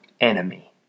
enemy